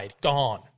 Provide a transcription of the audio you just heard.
gone